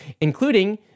including